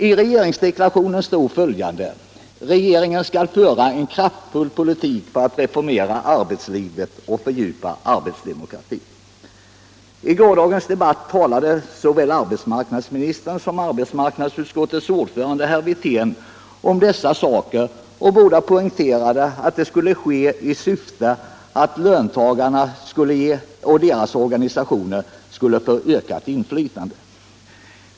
I regeringsdeklarationen står följande: ”Regeringen skall föra en kraftfull politik för att reformera arbetslivet och fördjupa arbetsdemokratin.” I gårdagens debatt talade såväl arbetsmarknadsministern som arbetsmarknadsutskottets ordförande herr Wirtén om dessa saker, och båda poängterade att det skulle ske i syfte att ge löntagarna och deras organisationer ökat inflytande.